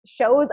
shows